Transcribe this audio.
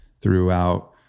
throughout